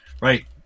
Right